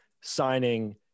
signing